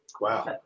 wow